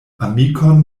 amikon